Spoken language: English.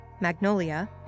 Magnolia